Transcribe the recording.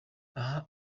aha